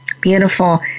Beautiful